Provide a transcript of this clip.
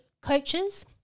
coaches